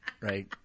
right